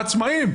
העצמאים.